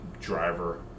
driver